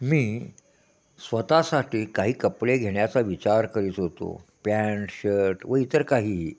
मी स्वतःसाठी काही कपडे घेण्याचा विचार करीत होतो पँन्ट शर्ट व इतर काही